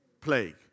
plague